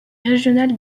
régional